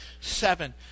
seven